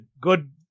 good